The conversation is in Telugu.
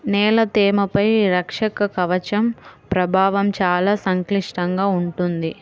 నేల తేమపై రక్షక కవచం ప్రభావం చాలా సంక్లిష్టంగా ఉంటుంది